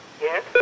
Yes